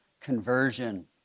conversion